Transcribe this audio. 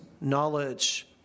knowledge